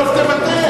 תבטל את זה.